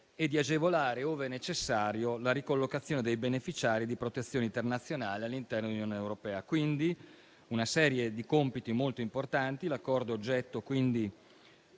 e di agevolare, ove necessario, la ricollocazione dei beneficiari di protezione internazionale all'interno dell'Unione europea. Si tratta di una serie di compiti molto importanti. L'Accordo oggetto del